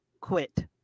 quit